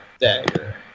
Dagger